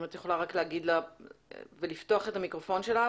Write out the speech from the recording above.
אני אשמח אם תיקחי אותנו אחורה לכל הנושא של החקיקה סביב